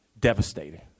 devastating